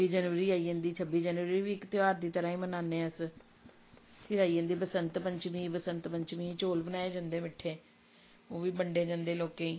छब्बी जनवरी आई जन्दी छब्बी जनवरी बी इक त्यार दी तरह ही मनाने अस फिर आई जन्दी बसंत पंचमी बसंत पंचमी ई चौल बनाए जन्दे मिट्ठे ओह् बी बंडे जन्दे लोकें ई